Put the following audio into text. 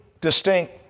distinct